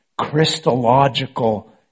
Christological